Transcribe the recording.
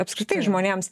apskritai žmonėms